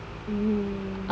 mm